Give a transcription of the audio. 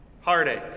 heartache